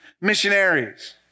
missionaries